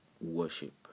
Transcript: worship